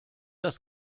das